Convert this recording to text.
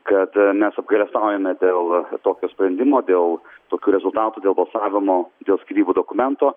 kad mes apgailestaujame dėl tokio sprendimo dėl tokių rezultatų dėl balsavimo dėl skyrybų dokumento